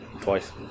Twice